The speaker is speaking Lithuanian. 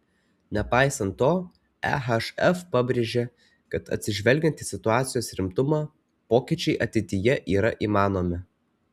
nepaisant to ehf pabrėžė kad atsižvelgiant į situacijos rimtumą pokyčiai ateityje yra įmanomi